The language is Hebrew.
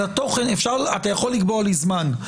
אתה יכול לקבוע לי זמן,